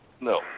No